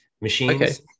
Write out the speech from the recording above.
machines